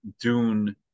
Dune